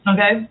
Okay